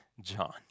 John